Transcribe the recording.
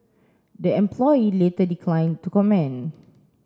the employee later declined to comment